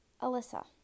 Alyssa